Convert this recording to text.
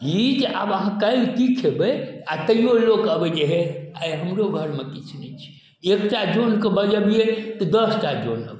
ई जे आब अहाँ काल्हि कि खेबै आओर तैओ लोक अबै जे आइ हमरो घरमे किछु नहि छै एकटा जनके बजबिए तऽ दसटा जन अबै